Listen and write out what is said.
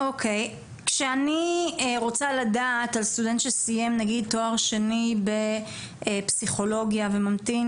סטודנט שסיים תואר שני בפסיכולוגיה וממתין